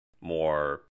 more